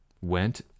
went